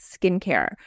skincare